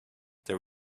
there